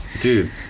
dude